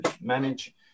manage